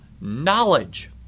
Knowledge